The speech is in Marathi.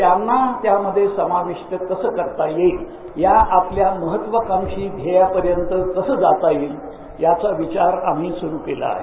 त्यांना त्यामध्ये समाविष्ट कसा करता येईल या आपल्या महत्वाकांक्षी ध्येयाकडे घेऊन कसा जाता येईल याचा विचार सुरू केला आहे